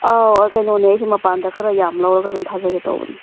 ꯑꯥꯎ ꯀꯩꯅꯣꯅꯦ ꯑꯩꯁꯦ ꯃꯄꯥꯟꯗ ꯈꯔ ꯌꯥꯝꯅ ꯂꯧꯔꯒ ꯑꯗꯨꯝ ꯊꯥꯖꯒꯦ ꯇꯧꯕꯅꯦ